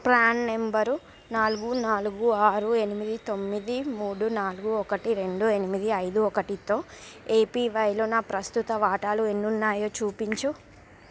PRAN number నాలుగు నాలుగు ఆరు ఎనిమిది తొమ్మిది మూడు నాలుగు ఒకటి రెండు ఎనిమిది ఐదు ఒకటితో ఏపీవైలో నా ప్రస్తుత వాటాలు ఎన్నున్నాయో చూపించు